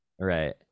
right